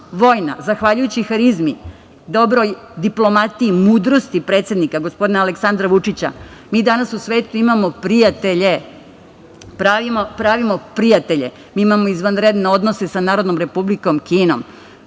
vojna. Zahvaljujući harizmi, dobroj diplomatiji, mudrosti predsednika, gospodina Aleksandra Vučića, mi danas u svetu imamo prijatelje, pravimo prijatelje. Mi imamo izvanredne odnose sa Narodnom Republikom Kinom,